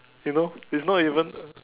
you know it's not even